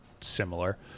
similar